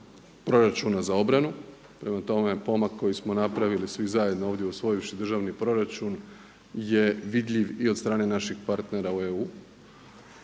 za obranu. Prema tome, pomak koji smo napravili svi zajedno ovdje usvojivši državni proračun je vidljiv i od strane naših partnera u EU